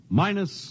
minus